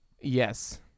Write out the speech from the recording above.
Yes